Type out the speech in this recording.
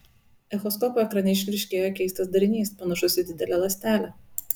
echoskopo ekrane išryškėjo keistas darinys panašus į didelę ląstelę